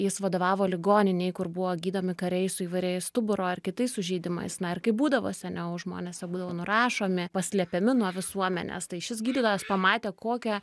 jis vadovavo ligoninei kur buvo gydomi kariai su įvairiais stuburo ar kitais sužeidimais na ir kaip būdavo seniau žmonės jau būdavo nurašomi paslepiami nuo visuomenės tai šis gydytojas pamatė kokią